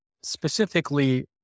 specifically